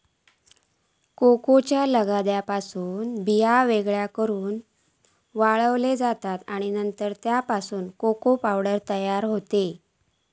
कोकोच्या लगद्यापासून बिये वेगळे करून वाळवले जातत आणि नंतर त्यापासून कोको पावडर तयार केली जाता